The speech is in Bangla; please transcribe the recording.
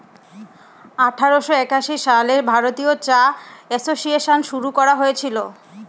আঠারোশো একাশি সালে ভারতীয় চা এসোসিয়েসন শুরু করা হয়েছিল